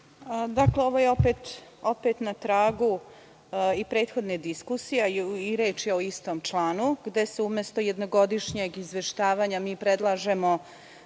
Ovo je opet na tragu i prethodne diskusije, a i reč je o istom članu, gde umesto jednogodišnjeg izveštavanja mi predlažemo